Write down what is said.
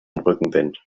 rückenwind